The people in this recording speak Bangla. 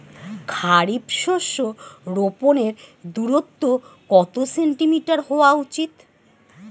খারিফ শস্য রোপনের দূরত্ব কত সেন্টিমিটার হওয়া উচিৎ?